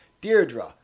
Deirdre